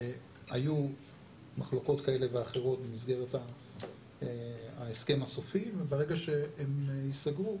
היו מחלוקות כאלה ואחרות במסגרת ההסכם הסופי וברגע שהם יסגרו,